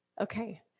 Okay